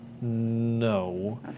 no